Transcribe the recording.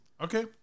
Okay